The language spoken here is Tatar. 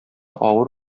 авыр